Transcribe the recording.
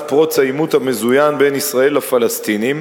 פרוץ העימות המזוין בין ישראל לפלסטינים,